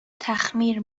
تخمیر